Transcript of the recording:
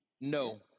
No